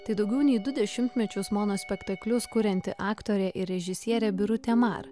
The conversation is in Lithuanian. tai daugiau nei du dešimtmečius mono spektaklius kurianti aktorė ir režisierė birutė mar